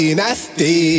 nasty